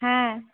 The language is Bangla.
হ্যাঁ